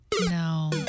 No